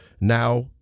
Now